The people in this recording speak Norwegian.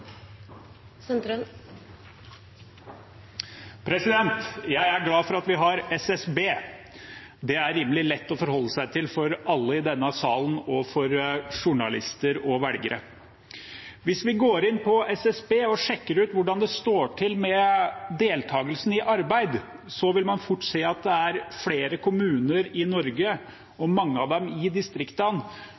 glad for at vi har SSB. Det er rimelig lett å forholde seg til for alle i denne salen og for journalister og velgere. Hvis vi går inn på SSB og sjekker ut hvordan det står til med deltakelsen i arbeid, vil man fort se at det er flere kommuner i Norge, og mange av dem i distriktene,